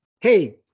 hey